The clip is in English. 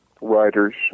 writers